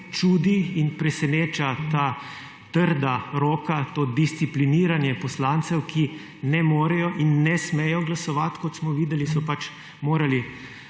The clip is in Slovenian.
čudi in preseneča ta trda roka, to discipliniranje poslancev, ki ne morejo in ne smejo glasovati, kot smo videli, so pač morali